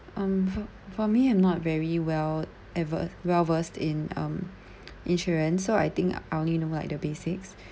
um for me I'm not very well advers~ well versed in um insurance so I think I only know like the basics